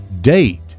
date